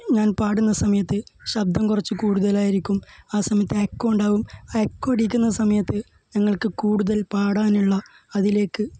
ഞാന് പാടുന്ന സമയത്ത് ശബ്ദം കുറച്ച് കൂടുതലായിരിക്കും ആ സമയത്ത് എക്കോ ഉണ്ടാവും ആ എക്കോ അടിക്കുന്ന സമയത്ത് ഞങ്ങള്ക്ക് കൂടുതല് പാടാനുള്ള അതിലേക്ക്